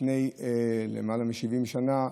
לפני יותר מ-70 שנה.